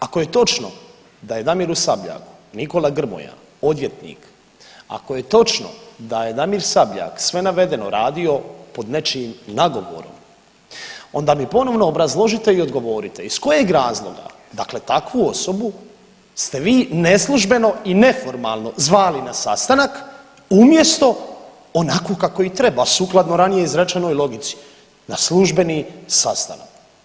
Ako je točno da je Damiru Sabljaku Nikola Grmoja odvjetnik, ako je točno da je Damir Sabljak sve navedeno radio pod nečijim nagovorom, onda mi ponovno obrazložite i odgovorite, iz kojeg razloga, dakle takvu osobu ste vi neslužbeno i neformalno zvali na sastanak umjesto onako kako i treba, sukladno ranije izrečenoj logici na službeni sastanak.